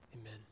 Amen